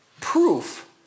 proof